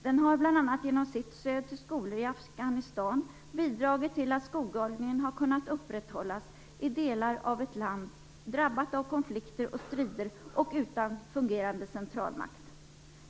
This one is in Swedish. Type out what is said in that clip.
Den har bl.a. genom sitt stöd till skolor i Afghanistan bidragit till att skolgången har kunnat upprätthållas i delar av ett land drabbat av konflikter och strider och utan fungerande centralmakt.